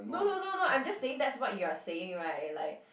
no no no no I'm just saying that's what you're saying right like